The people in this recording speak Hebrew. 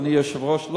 אדוני היושב-ראש.